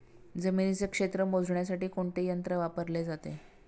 जमिनीचे क्षेत्र मोजण्यासाठी कोणते यंत्र वापरले जाते?